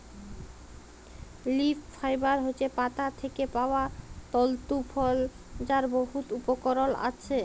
leaf fibre হছে পাতা থ্যাকে পাউয়া তলতু ফল যার বহুত উপকরল আসে